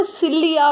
silly